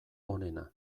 onena